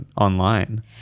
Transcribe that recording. online